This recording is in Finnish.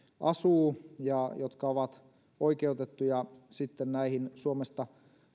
asuu ja joka on oikeutettu näihin suomesta